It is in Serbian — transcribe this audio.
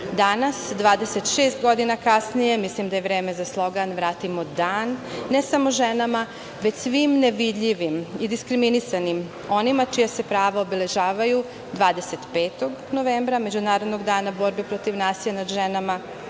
Danas, 26 godina kasnije, mislim da je vreme za slogan – Vratimo dan, ne samo ženama, već svim nevidljivim i diskriminisanim, onima čija se prava obeležavaju 25. novembra, Međunarodni dan borbe protiv nasilja nad ženama,